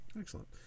Excellent